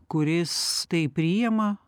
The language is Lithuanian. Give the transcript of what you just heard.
kuris tai priima